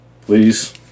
please